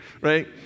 right